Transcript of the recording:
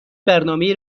برنامهای